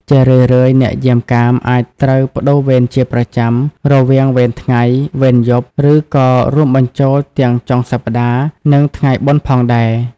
ជារឿយៗ អ្នកយាមកាមអាចត្រូវប្ដូរវេនជាប្រចាំ រវាងវេនថ្ងៃ វេនយប់ ឬក៏រួមបញ្ចូលទាំងចុងសប្តាហ៍ និងថ្ងៃបុណ្យផងដែរ។